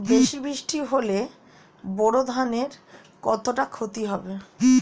বেশি বৃষ্টি হলে বোরো ধানের কতটা খতি হবে?